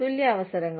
തുല്യ അവസരങ്ങൾ